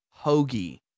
hoagie